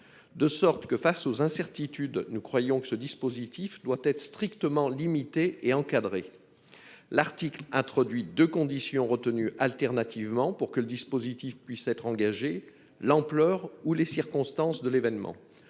». Aussi, face aux incertitudes, nous croyons que le dispositif doit être strictement limité et encadré. L'article 7 introduit deux conditions retenues alternativement, pour que le dispositif puisse être engagé : l'ampleur ou les circonstances de l'événement.